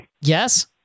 Yes